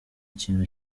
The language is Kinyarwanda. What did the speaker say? kintu